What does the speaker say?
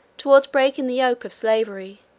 towards breaking the yoke of slavery,